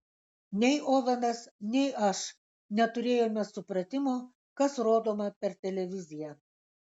nei ovenas nei aš neturėjome supratimo kas rodoma per televiziją